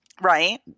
right